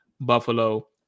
Buffalo